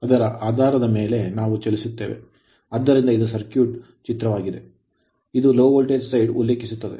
ಅದರ ಆಧಾರದ ಮೇಲೆ ನಾವು ಚಲಿಸುತ್ತೇವೆ ಆದ್ದರಿಂದ ಇದು ಸರ್ಕ್ಯೂಟ್ ಚಿತ್ರವಾಗಿದೆ ಇದು low voltage side ಕಡಿಮೆ ವೋಲ್ಟೇಜ್ ಭಾಗವನ್ನು ಉಲ್ಲೇಖಿಸುತ್ತದೆ